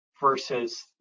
versus